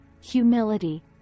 humility